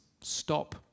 stop